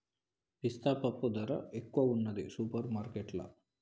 పిస్తా పప్పు ధర ఎక్కువున్నది సూపర్ మార్కెట్లల్లా